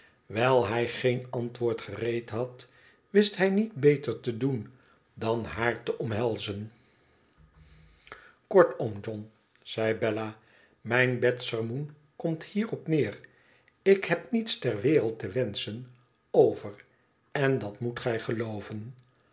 wijl hij geen antwoord gereed had wist hij niet beter te doen dan haar te omhelzen kortom john zei bella mijn bedsermoen komt hierop neer ik heb niets ter wereld te wenschen over en dat moet gij gelooven